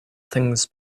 things